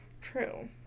True